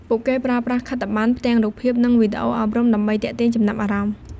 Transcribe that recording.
ពួកគេប្រើប្រាស់ខិត្តប័ណ្ណ ផ្ទាំងរូបភាព និងវីដេអូអប់រំ ដើម្បីទាក់ទាញចំណាប់អារម្មណ៍។